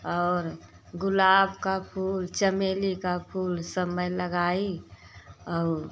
और गुलाब का फूल चमेली का फूल सब मैं लगाई और